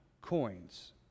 coins